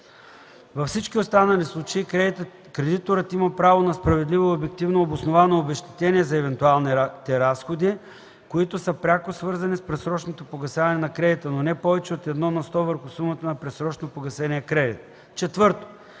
Във всички останали случаи кредиторът има право на справедливо и обективно обосновано обезщетение за евентуалните разходи, които са пряко свързани с предсрочното погасяване на кредита, но не повече от едно на сто върху сумата на предсрочно погасения кредит. 4.